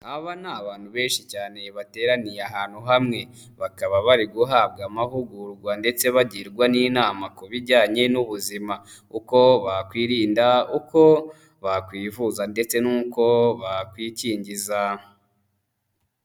Aba ni abantu benshi cyane bateraniye ahantu hamwe, bakaba bari guhabwa amahugurwa ndetse bagirwa n'inama ku bijyanye n'ubuzima, uko bakwirinda, uko bakwivuza ndetse n'uko bakwikingiza.